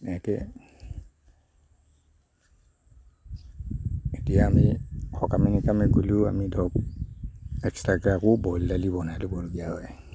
এনেকৈ এতিয়া আমি সকামে নিকামে গ'লেও আমি ধৰক এক্সট্ৰাকৈ আকৌ বইল দালি বনাই ল'বলগীয়া হয়